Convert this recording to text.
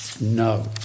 No